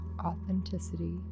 authenticity